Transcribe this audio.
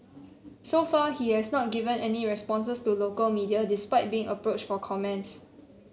so far he has not given any responses to local media despite being approached for comments